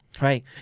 right